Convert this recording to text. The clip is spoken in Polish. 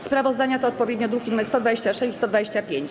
Sprawozdania to odpowiednio druki nr 126 i 125.